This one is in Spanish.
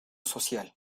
social